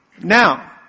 Now